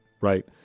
right